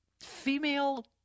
female